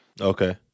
okay